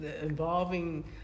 involving